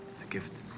it's a gift.